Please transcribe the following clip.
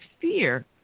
fear